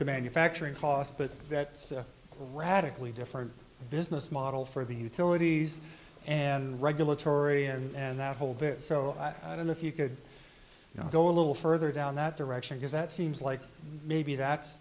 the manufacturing cost but that's a radically different business model for the utilities and regulatory and that whole bit so i don't know if you could go a little further down that direction because that seems like maybe that's